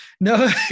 No